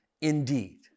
indeed